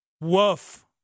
Woof